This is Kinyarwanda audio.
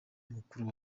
mukuru